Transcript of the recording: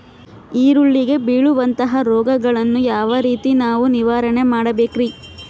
ಈರುಳ್ಳಿಗೆ ಬೇಳುವಂತಹ ರೋಗಗಳನ್ನು ಯಾವ ರೇತಿ ನಾವು ನಿವಾರಣೆ ಮಾಡಬೇಕ್ರಿ?